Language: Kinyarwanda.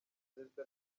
perezida